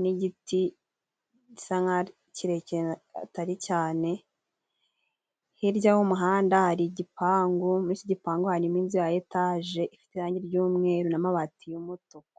n'igiti gisa nk'aho ari kirekire atari cyane, hirya y'umuhanda hari igipangu, muri icyo gipangu harimo inzu ya etaje ifite irangi ry'umweru n'amabati y'umutuku.